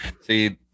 see